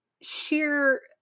sheer